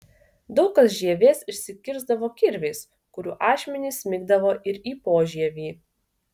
daug kas žievės išsikirsdavo kirviais kurių ašmenys smigdavo ir į požievį